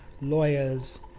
lawyers